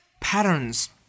patterns